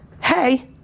Hey